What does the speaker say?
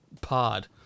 pod